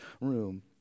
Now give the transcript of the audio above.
room